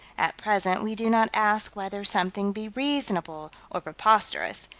at present we do not ask whether something be reasonable or preposterous,